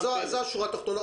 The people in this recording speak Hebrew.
זו השורה התחתונה.